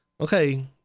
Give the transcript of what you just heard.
okay